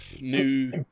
new